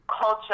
culture